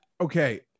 okay